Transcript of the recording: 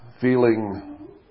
feeling